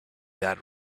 that